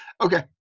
Okay